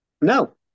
No